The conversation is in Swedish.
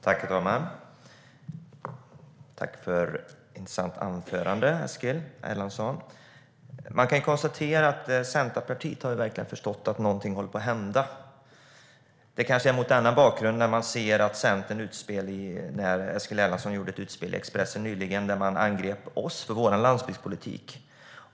Herr talman! Tack för ett intressant anförande, Eskil Erlandsson! Centerpartiet verkar ha förstått att någonting håller på att hända. Det kanske var mot denna bakgrund som Eskil Erlandsson nyligen gjorde ett utspel i Expressen där han angrep oss för vår landsbygdspolitik.